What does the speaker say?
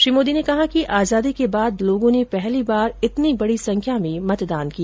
श्री मोदी ने कहा कि आजादी के बाद लोगों ने पहली बार इतनी बडी संख्या में मतदान किया